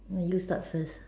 okay you start first